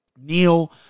Neil